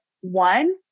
one